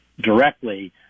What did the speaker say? directly